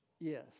Yes